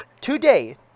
Today